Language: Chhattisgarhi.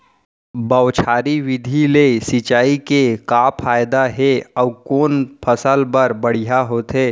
बौछारी विधि ले सिंचाई के का फायदा हे अऊ कोन फसल बर बढ़िया होथे?